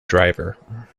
driver